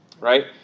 right